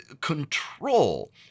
control